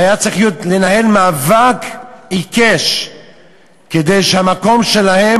והיה צריך לנהל מאבק עיקש כדי שהמקום שלהם